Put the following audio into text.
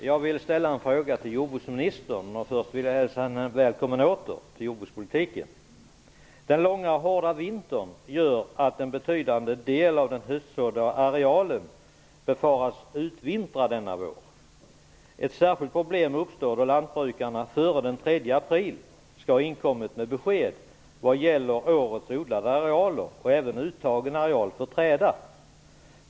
Fru talman! Jag har en fråga till jordbruksministern. Först vill jag dock hälsa henne välkommen åter till jordbrukspolitiken. Den långa hårda vintern gör att en betydande del av den höstsådda arealen befaras utvintra denna vår. Ett särskilt problem uppstår då lantbrukarna före den 3 april skall ha inkommit med besked vad gäller årets odlade arealer och även uttagen areal för träda.